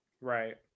right